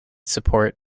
support